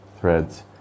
threads